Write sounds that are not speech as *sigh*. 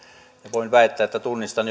voin väittää että tunnistan *unintelligible*